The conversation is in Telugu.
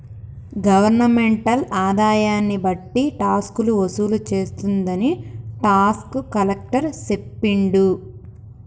గవర్నమెంటల్ ఆదాయన్ని బట్టి టాక్సులు వసూలు చేస్తుందని టాక్స్ కలెక్టర్ సెప్పిండు